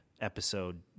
episode